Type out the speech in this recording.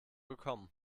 gekommen